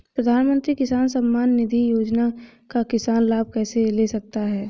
प्रधानमंत्री किसान सम्मान निधि योजना का किसान लाभ कैसे ले सकते हैं?